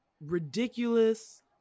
ridiculous